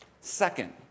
Second